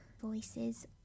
voices